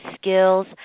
skills